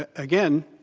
ah again,